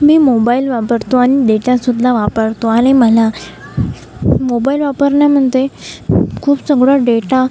मी mobile वापरतो आणि data सुद्धा वापरतो आणि मला मोबाईल वापरण्यामध्ये खूप सगळा डेटा